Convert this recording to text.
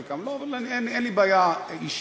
את חלקם לא, אבל אין לי בעיה אישית.